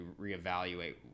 reevaluate